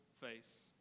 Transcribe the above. face